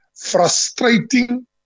Frustrating